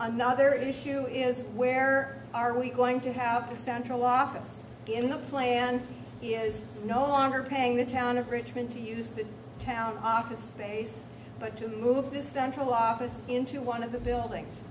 another issue is where are we going to have a central office in the plan is no longer paying the town of richmond to use the town office space but to move the central office into one of the buildings